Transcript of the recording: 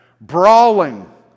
brawling